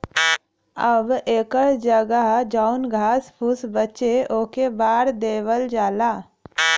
अब एकर जगह जौन घास फुस बचे ओके बार देवल जाला